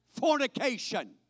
fornication